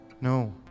no